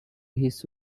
his